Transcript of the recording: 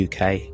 UK